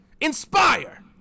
Inspire